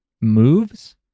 moves